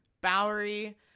Bowery